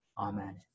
Amen